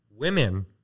Women